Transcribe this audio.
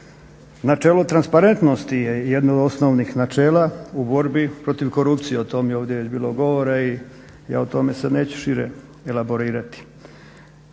Načelo transparentnosti je jedno od osnovnih načela u borbi protiv korupcije. O tom je ovdje već bilo govora i ja o tome sad neću šire elaborirati.